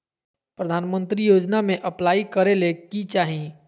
प्रधानमंत्री योजना में अप्लाई करें ले की चाही?